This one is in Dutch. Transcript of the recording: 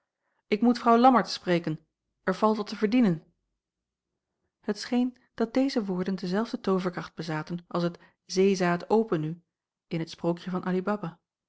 ik moet vrouw lammertsz spreken er valt wat te verdienen het scheen dat deze woorden dezelfde tooverkracht bezaten als het zeezaad open u in het sprookje van